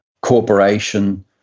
corporation